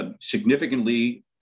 significantly